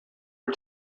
are